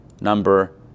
number